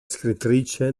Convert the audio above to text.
scrittrice